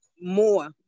more